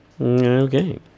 Okay